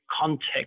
context